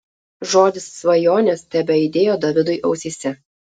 žodis svajonės tebeaidėjo davidui ausyse